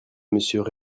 monsieur